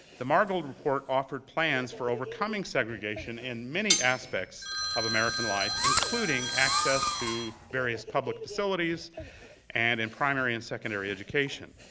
the margold report offered plans for overcoming segregation and many aspects of american life, including access to various public facilities and in primary and secondary education.